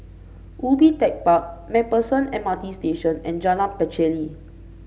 Ubi Tech Park MacPherson MRT Station and Jalan Pacheli